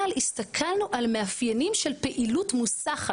אבל הסתכלנו על מאפיינים של פעילות מוסחת,